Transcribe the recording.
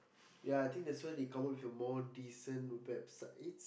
ya I think this one they cover with more decent websites